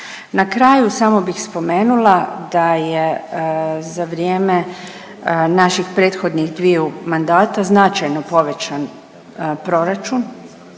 Na kraju samo bih spomenula da je za vrijeme naših prethodnih dviju mandata značajno povećan proračun